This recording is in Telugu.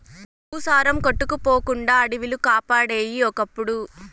భూసారం కొట్టుకుపోకుండా అడివిలు కాపాడేయి ఒకప్పుడు